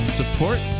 support